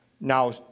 now